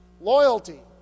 Loyalty